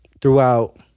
throughout